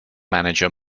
manager